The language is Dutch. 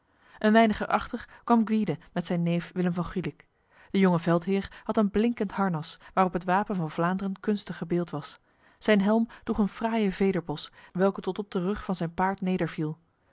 een weinig erachter kwam gwyde met zijn neef willem van gulik de jonge veldheer had een blinkend harnas waarop het wapen van vlaanderen kunstig gebeeld was zijn helm droeg een fraaie vederbos welke tot op de rug van zijn paard